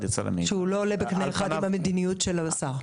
שהוא לא עולה בקנה אחד עם המדיניות של השר.